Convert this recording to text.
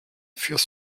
fürs